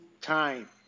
time